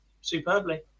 superbly